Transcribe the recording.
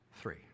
Three